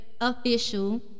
official